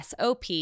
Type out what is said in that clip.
SOP